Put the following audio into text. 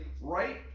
right